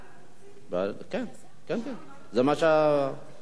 כן כן, זה מה ששאול ביקש.